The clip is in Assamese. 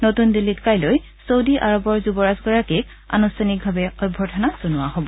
নতুন দিল্লীত কাইলৈ চৌদী আৰৱৰ যুৱৰাজগৰাকী আনুষ্ঠানিকভাৱে অভ্যৰ্থনা জনোৱা হ'ব